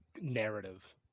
narrative